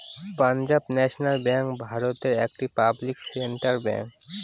Punjab national bank ভারতের একটি public sector bank